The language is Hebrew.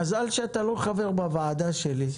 מזל שאתה לא חבר בוועדה שלי.